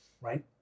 right